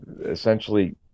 essentially